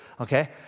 Okay